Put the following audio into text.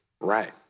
right